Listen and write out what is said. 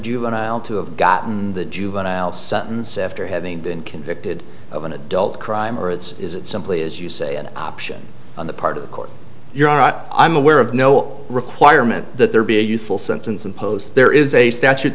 juvenile to have gotten the juvenile sentence after having been convicted of an adult crime or it's is it simply as you say an option on the part of the court you're out i'm aware of no requirement that there be a useful sentence imposed there is a statute